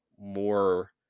more